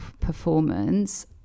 performance